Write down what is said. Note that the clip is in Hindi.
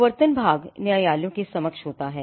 प्रवर्तन भाग न्यायालयों के समक्ष होता है